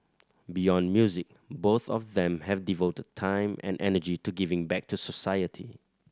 beyond music both of them have devoted time and energy to giving back to society